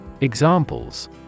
Examples